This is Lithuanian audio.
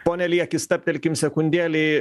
pone lieki stabtelkim sekundėlei